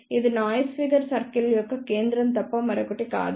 ఇది noise figure circle యొక్క కేంద్రం తప్ప మరొకటి కాదు